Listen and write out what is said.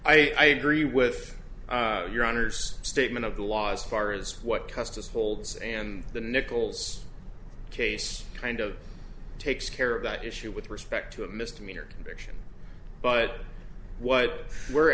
d i agree with your honor's statement of the laws far as what customs holds and the nichols case kind of takes care of that issue with respect to a misdemeanor conviction but what we're